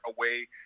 away